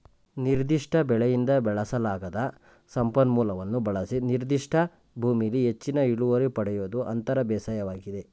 ನಿರ್ದಿಷ್ಟ ಬೆಳೆಯಿಂದ ಬಳಸಲಾಗದ ಸಂಪನ್ಮೂಲವನ್ನು ಬಳಸಿ ನಿರ್ದಿಷ್ಟ ಭೂಮಿಲಿ ಹೆಚ್ಚಿನ ಇಳುವರಿ ಪಡಿಯೋದು ಅಂತರ ಬೇಸಾಯವಾಗಿದೆ